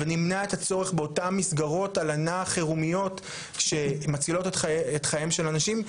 ונמנע את הצורך באותם מסגרות הלנה חרום שמצילות את חייהם של אנשים,